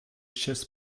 chess